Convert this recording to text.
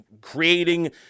creating